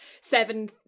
seven